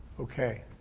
okay.